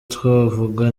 twavuga